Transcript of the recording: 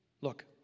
Look